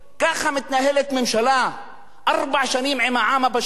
ככה מתנהלת ממשלה ארבע שנים עם העם הפשוט,